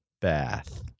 bath